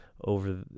over